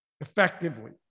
effectively